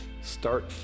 Start